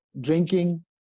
drinking